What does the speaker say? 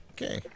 Okay